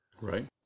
Right